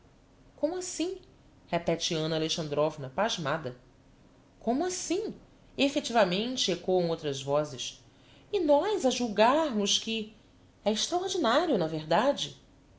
como assim repete anna alexandrovna pasmada como assim effectivamente écoam outras vozes e nós a julgarmos que é extraordinario na verdade